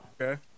Okay